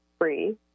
free